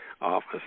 office